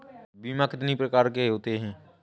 बीमा कितनी प्रकार के होते हैं?